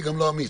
אני גם לא אמיץ,